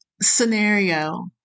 scenario